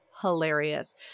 hilarious